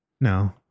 no